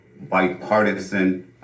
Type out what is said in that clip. bipartisan